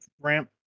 ramp